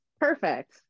perfect